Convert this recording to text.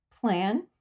plan